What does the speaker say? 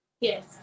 Yes